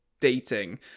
dating